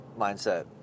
mindset